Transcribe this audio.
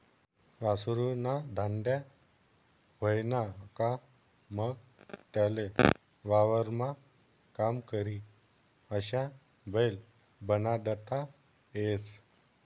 वासरु ना धांड्या व्हयना का मंग त्याले वावरमा काम करी अशा बैल बनाडता येस